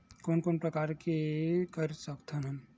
कोन कोन प्रकार के कर सकथ हन?